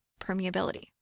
permeability